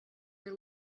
your